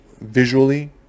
visually